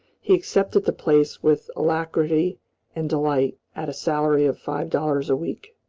he accepted the place with alacrity and delight, at a salary of five dollars a week.